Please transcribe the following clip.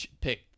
pick